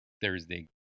Thursday